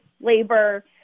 labor